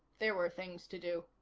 there were things to do.